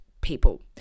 people